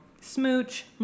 Smooch